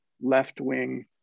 left-wing